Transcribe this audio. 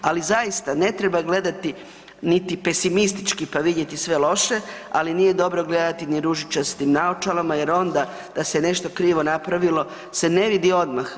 Ali zaista, ne treba gledati niti pesimistički pa vidjeti sve loše, ali nije dobro gledati ni ružičastim naočalama jer onda, da se nešto krivo napravilo se ne vidi odmah.